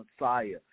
Messiah